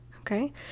okay